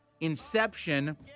Inception